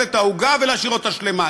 לאכול את העוגה ולהשאיר אותה שלמה.